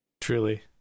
Truly